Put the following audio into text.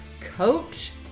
coach